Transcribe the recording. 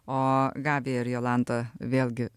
o gabija ir jolanta vėlgi